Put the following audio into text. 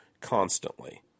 constantly